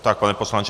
Tak, pane poslanče.